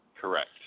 Correct